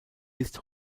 ist